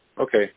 Okay